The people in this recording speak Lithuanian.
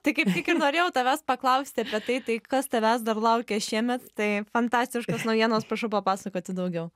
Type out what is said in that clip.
tai kaip tik ir norėjau tavęs paklausti apie tai tai kas tavęs dar laukia šiemet tai fantastiškos naujienos prašau papasakoti daugiau